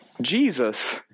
Jesus